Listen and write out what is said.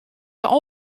moatte